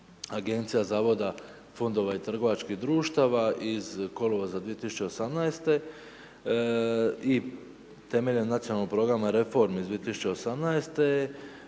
agencija, zavoda, fondova i trgovačkih društva iz kolovoza 2018. i temeljem nacionalnog programa reformi iz 2018.